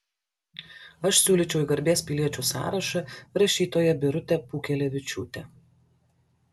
aš siūlyčiau į garbės piliečių sąrašą rašytoją birutę pūkelevičiūtę